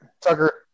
Tucker